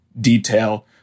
detail